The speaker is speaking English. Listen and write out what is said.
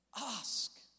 Ask